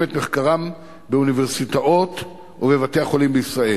את מחקרם באוניברסיטאות ובבתי-חולים בישראל.